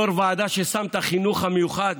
יושב-ראש ועדה ששם את החינוך המיוחד